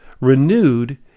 renewed